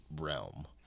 realm